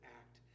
act